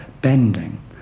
bending